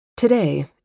Today